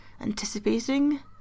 anticipating